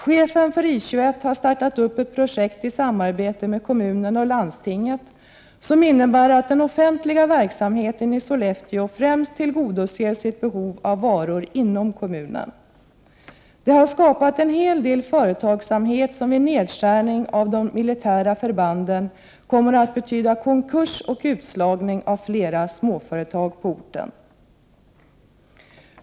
Chefen för I 21 har startat ett projekt i samarbete med kommunen och landstinget som innebär att den offentliga verksamheten i Sollefteå främst tillgodoser sitt behov av varor inom kommunen. Detta har skapat en hel del företagsamhet som vid en nedskärning av resurser till de militära förbanden kommer att betyda konkurs och utslagning av flera småföretag på orten.